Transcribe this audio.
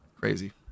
crazy